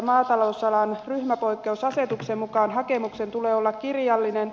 maatalousalan ryhmäpoikkeusasetuksen mukaan hakemuksen tulee olla kirjallinen